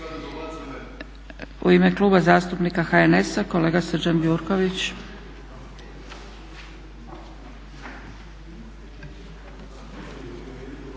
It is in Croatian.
U ime Kluba zastupnika HNS-a kolega Srđan Gjurković.